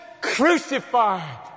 Crucified